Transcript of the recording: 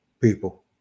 people